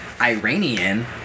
Iranian